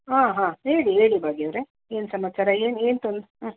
ಹಾಂ ಹಾಂ ಹೇಳಿ ಹೇಳಿ ಭಾಗ್ಯಾ ಅವರೆ ಏನು ಸಮಾಚಾರ ಏನು ಏನು ತೊಂ ಹ್ಞೂಂ